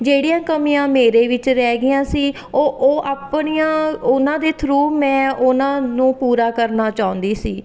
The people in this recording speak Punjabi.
ਜਿਹੜੀਆਂ ਕਮੀਆਂ ਮੇਰੇ ਵਿੱਚ ਰਹਿ ਗਈਆਂ ਸੀ ਉਹ ਉਹ ਆਪਣੀਆਂ ਉਹਨਾਂ ਦੇ ਥਰੂ ਮੈਂ ਉਹਨਾਂ ਨੂੰ ਪੂਰਾ ਕਰਨਾ ਚਾਹੁੰਦੀ ਸੀ